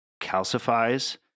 calcifies